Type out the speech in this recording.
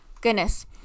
goodness